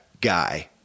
guy